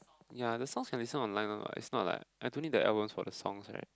ya the songs can listen online [one] [what] it's not like I don't need the albums for the songs right